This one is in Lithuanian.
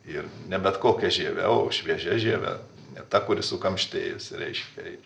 ir ne bet kokia žieve o šviežia žieve ne ta kuri sukamštėjusi reiškia ir